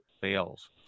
fails